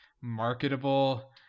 marketable